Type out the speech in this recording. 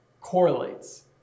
correlates